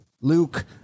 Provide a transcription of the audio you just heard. Luke